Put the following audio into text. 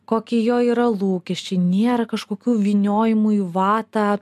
koki jo yra lūkesčiai nėra kažkokių vyniojimų į vatą